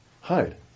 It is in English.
hide